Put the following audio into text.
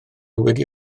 wedi